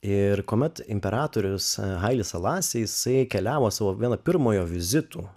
ir kuomet imperatorius haili salas jisai keliavo savo vienu pirmojo vizitų